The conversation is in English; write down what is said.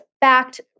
backed